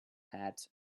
hat